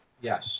Yes